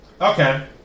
Okay